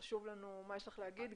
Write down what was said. חשוב לנו לשמוע מה יש לך להגיד,